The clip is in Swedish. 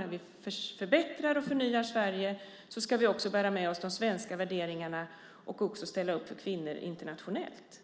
När vi förbättrar och förnyar Sverige så ska vi också bära med oss de svenska värderingarna och också ställa upp för kvinnor internationellt.